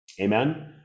Amen